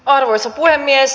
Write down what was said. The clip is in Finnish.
arvoisa puhemies